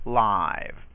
live